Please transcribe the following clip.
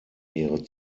ihre